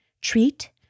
treat